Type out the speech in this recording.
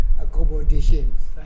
accommodations